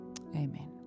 amen